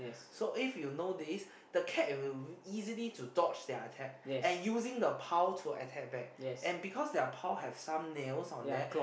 so if you know this the cat will easily to torch their attack and using the paw to attack back and because their paw have some nails on that so